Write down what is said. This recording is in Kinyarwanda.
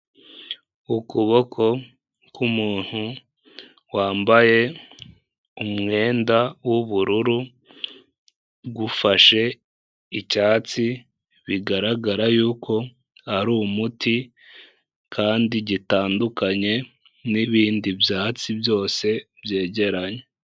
Ukuboko kumuntu wambaye umwenda w'ubururu gufashe icyatsi bigaragara yuko ari umuti kandi gitandukanye n'ibindi byatsi byose byegeranye.